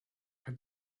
had